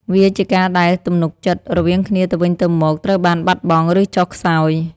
វាជាការដែលទំនុកចិត្តរវាងគ្នាទៅវិញទៅមកត្រូវបានបាត់បង់ ឬចុះខ្សោយ។